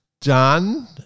done